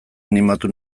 animatu